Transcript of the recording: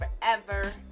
forever